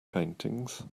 paintings